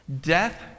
Death